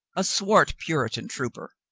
a swart puritan trooper.